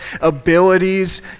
abilities